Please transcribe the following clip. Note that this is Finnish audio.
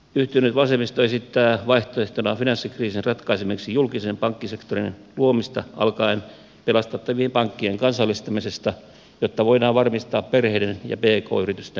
yhtynyt vasemmisto esittää vaihtoehtona finanssikriisin ratkaisemiseksi julkisen pankkisektorin luomista alkaen pelastettavien pankkien kansallistamisesta jotta voidaan varmistaa perheiden ja pk yritysten lainat